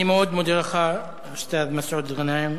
אני מאוד מודה לך, אוסתאד' מסעוד גנאים.